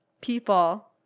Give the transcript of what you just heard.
People